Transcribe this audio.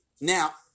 now